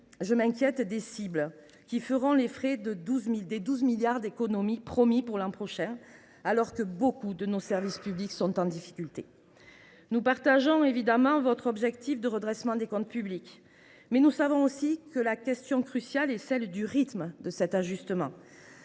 seront les cibles qui feront les frais des 12 milliards d’économies promis pour l’an prochain, alors que beaucoup de nos services publics sont en difficulté. Nous souscrivons évidemment à votre objectif de redressement des comptes publics. La question cruciale est celle du rythme de cet ajustement.